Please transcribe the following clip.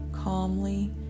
Calmly